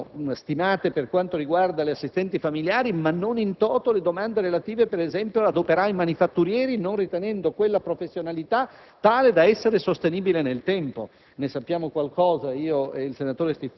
ad accogliere *in* *toto* le domande stimate per gli assistenti familiari, ma non *in* *toto* le domande relative, ad esempio, ad operai manifatturieri, non ritenendo quella professionalità